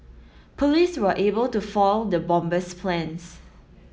police were able to foil the bomber's plans